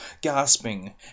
gasping